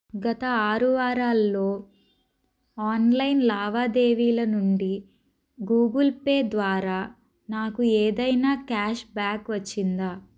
గత ఆరు వారాల్లో ఆన్లైన్ లావాదేవీల నుండి గూగుల్ పే ద్వారా నాకు ఏదైనా క్యాష్ బ్యాక్ వచ్చిందా